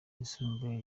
yisumbuye